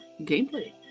gameplay